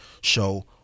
show